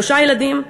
שלושה ילדים,